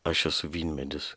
aš esu vynmedis